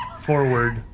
forward